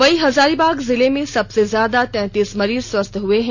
वहीं हजारीबाग जिले में सबसे ज्यादा तैंतीस मरीज स्वस्थ हुए हैं